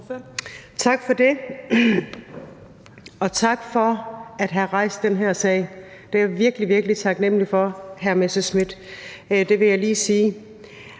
Tak for det, og tak for at have rejst den her sag. Det er jeg virkelig, virkelig taknemlig for, hr. Morten Messerschmidt. Det vil jeg lige sige.